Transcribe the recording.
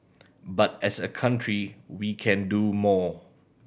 but as a country we can do more